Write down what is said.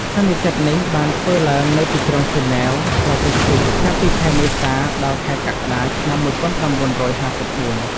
សន្និសីទនេះបានធ្វើឡើងនៅទីក្រុងហ្សឺណែវ ប្រទេសស្វីស ចាប់ពីខែមេសា ដល់ខែកក្កដា ឆ្នាំ១៩៥៤។